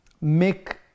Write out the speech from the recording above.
make